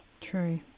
True